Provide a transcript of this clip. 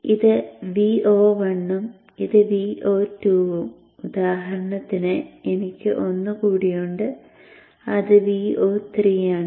ഇത് Vo1 ഉം ഇത് Vo2 ഉം ഉദാഹരണത്തിന് എനിക്ക് ഒന്ന് കൂടി ഉണ്ട് അത് Vo3 ആണ്